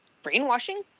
Brainwashing